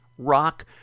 rock